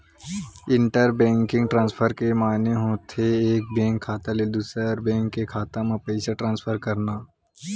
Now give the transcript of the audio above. inter banking transfer के माने होथे एक बेंक खाता ले दूसर बेंक के खाता म पइसा ट्रांसफर करना